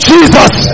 Jesus